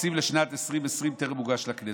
התקציב לשנת 2020 טרם הוגש לכנסת,